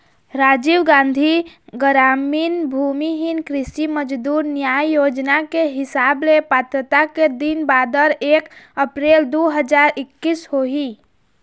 राजीव गांधी गरामीन भूमिहीन कृषि मजदूर न्याय योजना के हिसाब ले पात्रता के दिन बादर एक अपरेल दू हजार एक्कीस होही